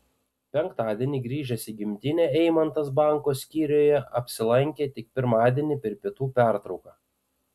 penktadienį grįžęs į gimtinę eimantas banko skyriuje apsilankė tik pirmadienį per pietų pertrauką